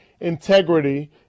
integrity